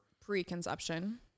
Pre-conception